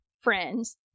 friends